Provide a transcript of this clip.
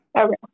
Okay